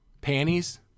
Panties